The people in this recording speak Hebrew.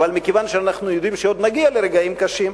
אבל מכיוון שאנחנו יודעים שעוד נגיע לרגעים קשים,